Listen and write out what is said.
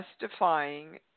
justifying